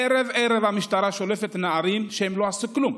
ערב-ערב המשטרה שולפת נערים שלא עשו כלום.